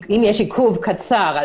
אם יש עיכוב קצר,